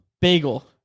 Bagel